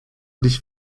dich